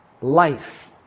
life